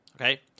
Okay